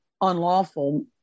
unlawful